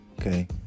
Okay